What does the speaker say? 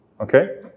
Okay